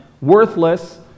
worthless